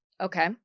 Okay